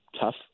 tough